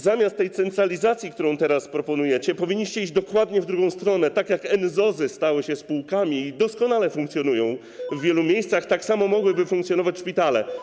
Zamiast tej centralizacji, którą teraz proponujecie, powinniście iść dokładnie w drugą stronę - tak jak NZOZ-y stały się spółkami i doskonale funkcjonują w wielu miejscach, tak samo mogłyby funkcjonować szpitale.